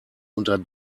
unter